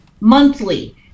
monthly